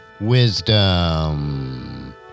Wisdom